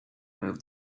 moved